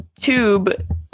tube